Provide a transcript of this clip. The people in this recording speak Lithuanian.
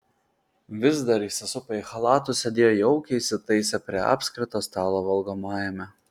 vis dar įsisupę į chalatus sėdėjo jaukiai įsitaisę prie apskrito stalo valgomajame